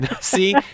See